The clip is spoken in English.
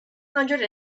hundred